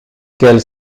quels